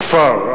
הכפר,